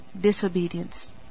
disobedience